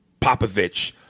Popovich